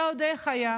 היה, ועוד איך היה,